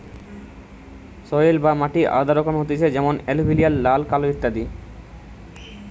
soil বা মাটি আলাদা রকমের হতিছে যেমন এলুভিয়াল, লাল, কালো ইত্যাদি